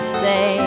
say